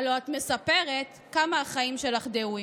הלוא את מספרת כמה החיים שלך דהויים.